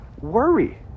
worry